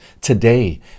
today